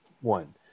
one